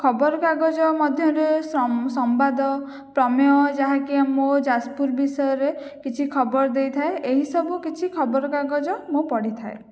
ଖବରକାଗଜ ମଧ୍ୟରେ ସମ୍ବାଦ ପ୍ରମେୟ ଯାହାକି ମୋ ଯାଜପୁର ବିଷୟରେ କିଛି ଖବର ଦେଇଥାଏ ଏହିସବୁ କିଛି ଖବରକାଗଜ ମୁଁ ପଢ଼ିଥାଏ